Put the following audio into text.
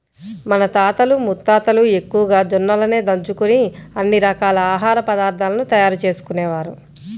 మన తాతలు ముత్తాతలు ఎక్కువగా జొన్నలనే దంచుకొని అన్ని రకాల ఆహార పదార్థాలను తయారు చేసుకునేవారు